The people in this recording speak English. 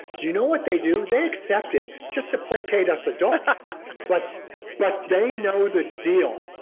do you know what they do? they accept it just to placate us adult, but but they know the deal.